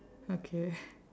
okay